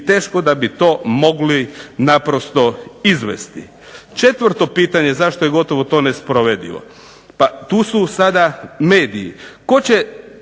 teško da bi to mogli naprosto izvesti. Četvrto pitanje zašto je gotovo to nesprovedivo? Pa tu su sada mediji. Tko će,